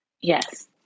Yes